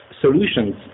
solutions